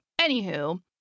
anywho